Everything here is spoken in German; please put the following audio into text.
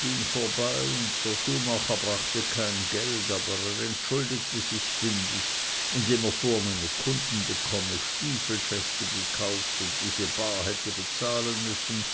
ging vorbei und der schuhmacher brachte kein geld aber er entschuldigte sich bündig indem er vornehme kunden bekommen stiefelschäfte gekauft und diese bar hätte bezahlen müssen